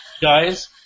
guys